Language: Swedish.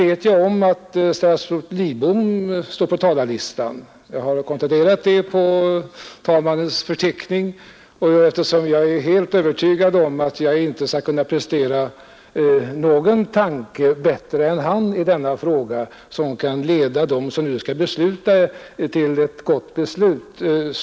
Jag vet också att statsrådet Lidbom står på talarlistan — jag har kontrollerat det på talmannens förteckning — och jag är helt övertygad om att jag inte bättre än han skall kunna prestera några tankar, som kan leda dem som nu står inför att träffa ett avgörande i denna fråga till ett gott beslut.